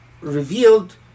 revealed